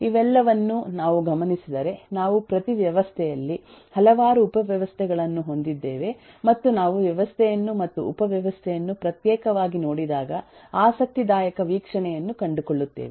ಇವೆಲ್ಲವನ್ನೂ ನಾವು ಗಮನಿಸಿದರೆ ನಾವು ಪ್ರತಿ ವ್ಯವಸ್ಥೆಯಲ್ಲಿ ಹಲವಾರು ಉಪವ್ಯವಸ್ಥೆಗಳನ್ನು ಹೊಂದಿದ್ದೇವೆ ಮತ್ತು ನಾವು ವ್ಯವಸ್ಥೆಯನ್ನು ಮತ್ತು ಉಪವ್ಯವಸ್ಥೆಯನ್ನು ಪ್ರತ್ಯೇಕವಾಗಿ ನೋಡಿದಾಗ ಆಸಕ್ತಿದಾಯಕ ವೀಕ್ಷಣೆಯನ್ನು ಕಂಡುಕೊಳ್ಳುತ್ತೇವೆ